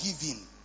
giving